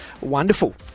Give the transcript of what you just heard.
wonderful